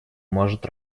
может